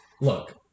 Look